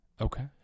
okay